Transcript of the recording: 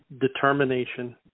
determination